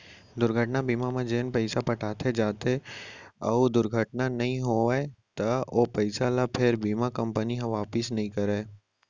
दुरघटना बीमा म जेन पइसा पटाए जाथे अउ दुरघटना नइ होवय त ओ पइसा ल फेर बीमा कंपनी ह वापिस नइ करय